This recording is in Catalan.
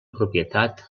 propietat